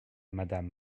madame